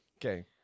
Okay